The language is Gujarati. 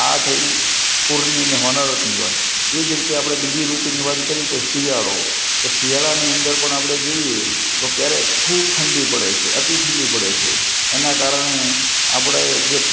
આ થઈ પૂરની ને હોનારતની વાત એ જ રીતે આપણે બીજી ઋતુની વાત કરીએ તો શિયાળો તો શિયાળાની અંદર પણ આપણે જોઈએ તો ક્યારેક ખૂબ ઠંડી પડે છે અતિ ઠંડી પડે છે એના કારણે આપણે